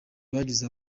bagize